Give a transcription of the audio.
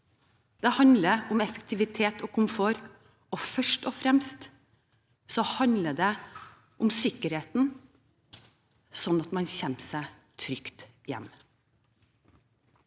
Det handler om effektivitet og komfort, og først og fremst handler det om sikkerheten, sånn at man kommer seg trygt hjem.